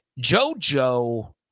JoJo